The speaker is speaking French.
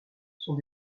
sont